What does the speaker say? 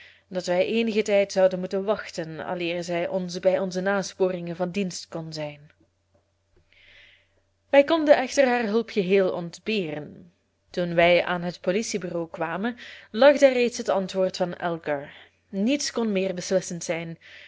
dat wij eenigen tijd zouden moeten wachten aleer zij ons bij onze nasporingen van dienst kon zijn wij konden echter haar hulp geheel ontberen toen wij aan het politiebureau kwamen lag daar reeds het antwoord van algar niets kon meer beslissend zijn